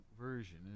version